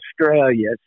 Australia